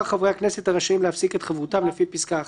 חברי הכנסת הרשאים להפסיק את חברותם לפי פסקה (1),